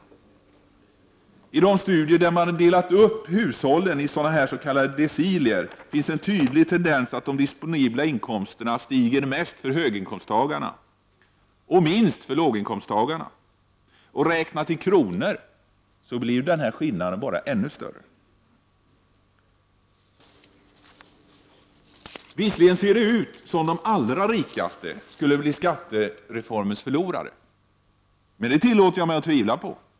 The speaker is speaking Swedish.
Man har i dessa studier delat upp hushållen i s.k. deciler, och det finns en tydlig tendens till att de disponibla inkomsterna stiger mest för höginkomsttagarna och minst för låginkomsttagarna. Räknat i kronor blir skillnaden bara ännu större. Visserligen ser det ut som om de allra rikaste skulle bli skattereformens förlorare, men det tillåter jag mig att tvivla på.